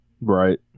Right